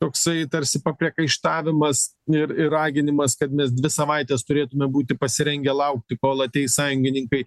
toksai tarsi papriekaištavimas ir ir raginimas kad mes dvi savaites turėtume būti pasirengę laukti kol ateis sąjungininkai